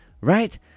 right